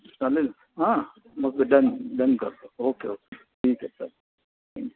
चालेल मग done done करतो ओके ओके ठीक आहे सर थँक